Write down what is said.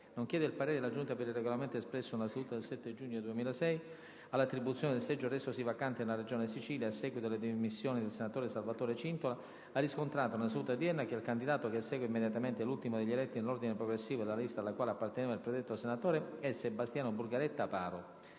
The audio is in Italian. nonché del parere della Giunta per il Regolamento espresso nella seduta del 7 giugno 2006, all'attribuzione del seggio resosi vacante nella Regione Sicilia, a seguito delle dimissioni del senatore Salvatore Cintola, ha riscontrato, nella seduta odierna, che il candidato che segue immediatamente l'ultimo degli eletti nell'ordine progressivo della lista alla quale apparteneva il predetto senatore è Sebastiano Burgaretta Aparo.